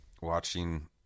watching